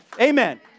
Amen